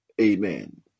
amen